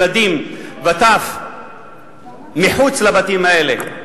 ילדים וטף מחוץ לבתים האלה.